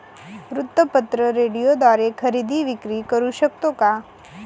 वृत्तपत्र, रेडिओद्वारे खरेदी विक्री करु शकतो का?